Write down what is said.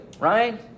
right